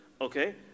okay